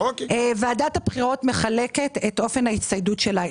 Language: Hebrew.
ועדת הבחירות מחלקת את אופן ההצטיידות שלה.